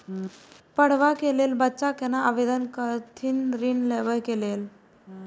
पढ़वा कै लैल बच्चा कैना आवेदन करथिन ऋण लेवा के लेल?